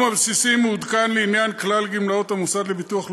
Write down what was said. הבסיסי מעודכן לעניין כלל גמלאות המוסד לביטוח לאומי,